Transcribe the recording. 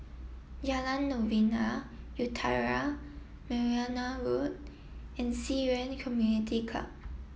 Jalan Novena Utara Merryn Road and Ci Yuan Community Club